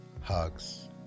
hugs